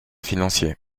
financier